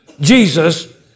Jesus